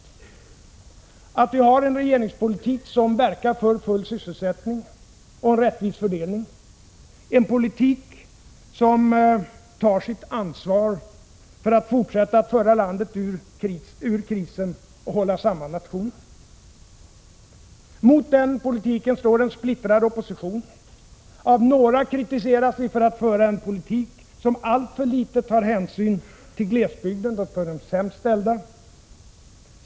Jo, att vi har en regeringspolitk som verkar för full sysselsättning och en rättvis fördelning, en politik som tar sitt ansvar för att fortsätta att föra landet ur krisen och hålla samman nationen. Mot den politiken står en splittrad opposition. Av några kritiseras vi för att föra en politik som alltför litet tar hänsyn till glesbygden och de sämst ställda.